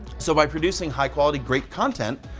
so, by producing high quality great content,